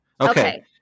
Okay